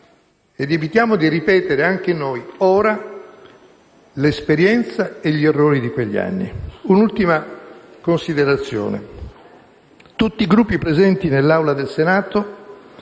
ed evitiamo di ripetere anche noi, ora, l'esperienza e gli errori di quegli anni. Faccio un'ultima considerazione: tutti i Gruppi presenti nell'Aula del Senato,